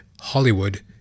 Hollywood